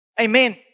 Amen